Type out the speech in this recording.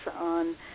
on